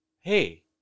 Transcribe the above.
Hey